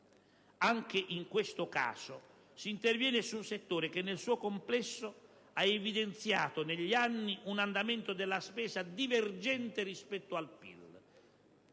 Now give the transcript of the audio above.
Anche in questo caso si interviene su un settore che, nel suo complesso, ha evidenziato negli anni un andamento della spesa divergente rispetto al PIL.